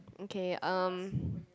okay um